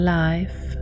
life